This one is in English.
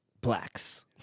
blacks